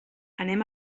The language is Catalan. anem